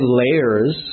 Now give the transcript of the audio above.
layers